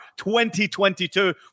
2022